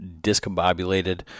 discombobulated